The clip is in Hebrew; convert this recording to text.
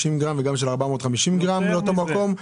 גרם וגם בגודל של 450 גרם לאותו מקום,